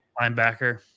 Linebacker